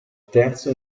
terzo